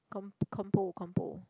com compo compo